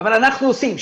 אבל אנחנו עושים,